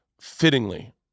Fittingly